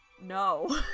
No